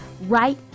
right